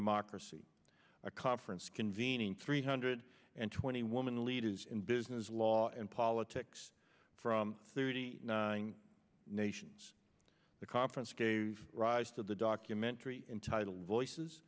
democracy conference convening three hundred and twenty women leaders in business law and politics from thirty nine nations the conference gave rise to the documentary entitled voices